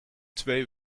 twee